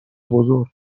بزرگ